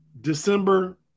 December